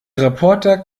reporter